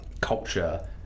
culture